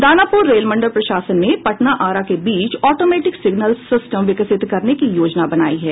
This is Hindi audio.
दानापूर रेलमंडल प्रशासन ने पटना आरा के बीच ऑटोमेटिक सिग्नल सिस्टम विकसित करने की योजना बनायी है